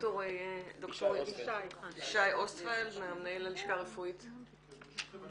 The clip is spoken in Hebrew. ד"ר ישי אוסטפלד מנהל הלשכה הרפואית בבקשה.